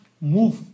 move